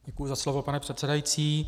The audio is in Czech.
Děkuji za slovo, pane předsedající.